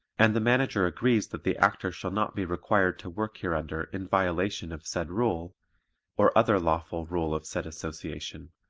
and the manager agrees that the actor shall not be required to work hereunder in violation of said rule or other lawful rule of said association,